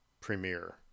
premiere